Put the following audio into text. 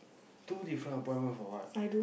two different appointment for what